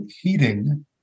heating